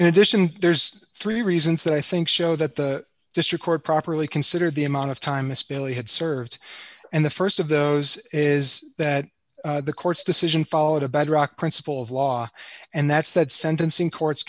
in addition there's three reasons that i think show that the district court properly considered the amount of time miss bailey had served and the st of those is that the court's decision followed a bedrock principle of law and that's that sentencing courts